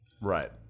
right